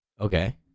Okay